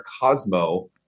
Cosmo